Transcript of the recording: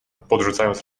podrzucając